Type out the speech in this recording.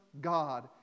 God